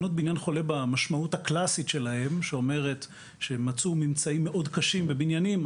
המשמעות הקלאסית שלהם אומרת שמצאו ממצאים מאוד קשים בבניינים.